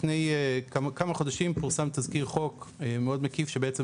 לפני כמה חודשים פורסם תזכיר חוק מאוד מקיף שבעצם